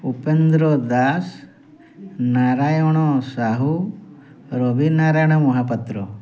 Upendra Das Narayan Sahu Rabi Narayan Mohapatra